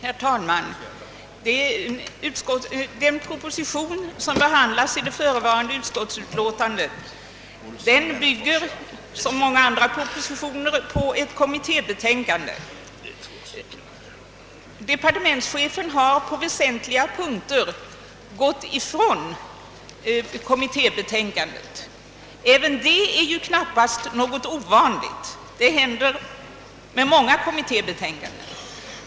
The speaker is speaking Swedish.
Herr talman! Den proposition som behandlas i förevarande utlåtande bygger som många andra propositioner på ett kommittébetänkande. Departementschefen har på väsentliga punkter gått ifrån kommittébetänkandet. Inte heller det är något ovanligt; det händer med många kommittébetänkanden.